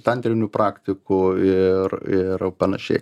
tantrinių praktikų ir ir panašiai